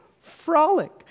frolic